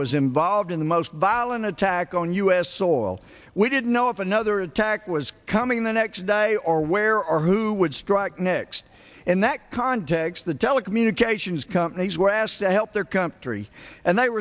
was involved in the most violent attack on u s soil we didn't know if another attack was coming the next day or where or who would strike next in that context the telecommunications companies were asked to help their country and th